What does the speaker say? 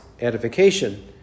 edification